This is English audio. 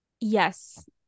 Yes